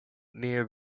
near